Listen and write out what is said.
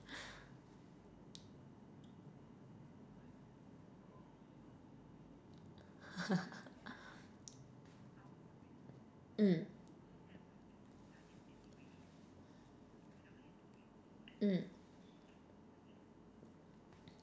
mm mm